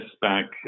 back